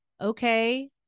okay